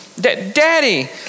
Daddy